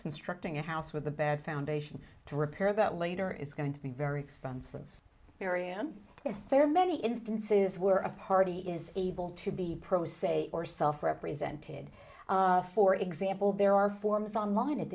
constructing a house with a bad foundation to repair that later is going to be very expensive miriam if there are many instances were a party is able to be pro se or self represented for example there are forms online at